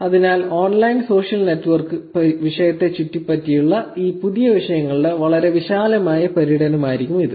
അതിനാൽ online social network വിഷയത്തെ ചുറ്റിപ്പറ്റിയുള്ള ഈ പുതിയ വിഷയങ്ങളുടെ വളരെ വിശാലമായ പര്യടനമായിരിക്കും ഇത്